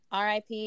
RIP